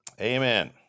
Amen